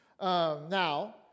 Now